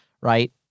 right